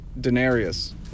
Denarius